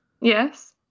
Yes